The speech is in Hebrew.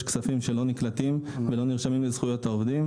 יש כספים שלא נקלטים ולא נרשמים לזכויות העובדים.